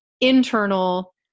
internal